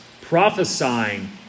prophesying